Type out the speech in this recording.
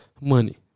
money